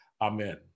amen